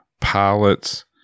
pilots